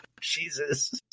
Jesus